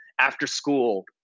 after-school